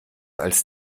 als